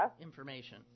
information